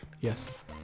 Yes